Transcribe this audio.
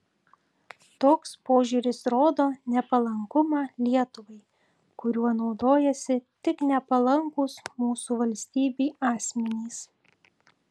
toks požiūris rodo nepalankumą lietuvai kuriuo naudojasi tik nepalankūs mūsų valstybei asmenys